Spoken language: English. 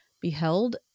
beheld